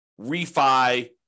refi